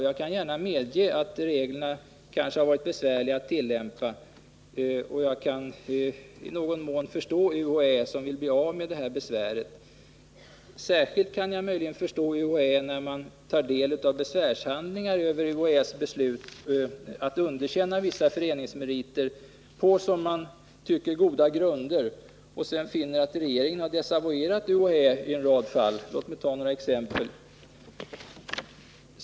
Jag kan gärna medge att reglerna kanske har varit besvärliga att tillämpa. Jag kan emellertid i någon mån förstå UHÄ, som vill slippa de här besvärligheterna. Särskilt kan man förstå UHÄ när man tar del av besvärshandlingar över UHÄ:s beslut att underkänna vissa föreningsmeriter på, som man tycker, goda grunder och sedan finner att regeringen desavouerat UHÄ i en rad fall. Låt mig ta några exempel.